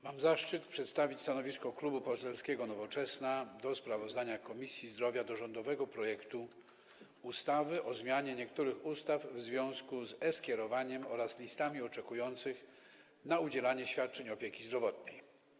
Mam zaszczyt przedstawić stanowisko Klubu Poselskiego Nowoczesna wobec sprawozdania Komisji Zdrowia o rządowym projekcie ustawy o zmianie niektórych ustaw w związku z e-skierowaniem oraz listami oczekujących na udzielenie świadczenia opieki zdrowotnej.